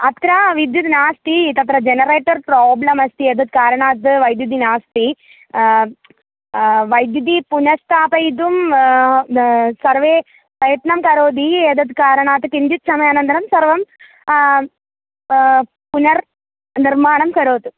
अत्र विद्युत् नास्ति तत्र जनरेटर् प्राब्लम् अस्ति एतद् कारणात् विद्युत् नास्ति विद्युत् पुनः स्थापयितुं सर्वे प्रयत्नं करोति एतत् कारणात् किञ्चित् समयानन्तरं सर्वं पुनः निर्माणं करोतु